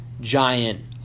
giant